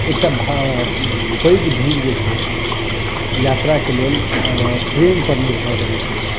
एकटा पैघ भीड़ जे छै यात्राक लेल ट्रैन पर निर्भर रहैत अछि